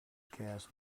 cast